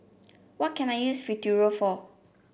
what can I use Futuro for